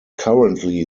currently